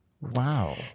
Wow